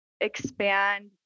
expand